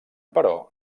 però